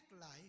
life